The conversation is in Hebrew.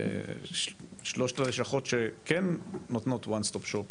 בשלוש הלשכות שכן נותנות את ה-"one stop shop",